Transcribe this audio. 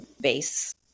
base